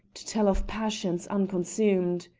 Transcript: to tell of passions unconsumed.